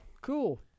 cool